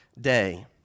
day